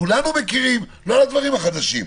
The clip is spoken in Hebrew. כולנו מכירים ולא על הדברים החדשים.